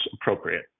appropriate